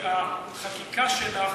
כי החקיקה שלך,